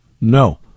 No